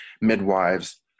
midwives